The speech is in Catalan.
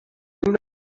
una